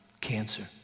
cancer